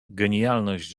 genialność